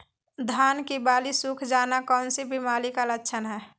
धान की बाली सुख जाना कौन सी बीमारी का लक्षण है?